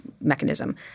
mechanism